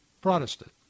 Protestant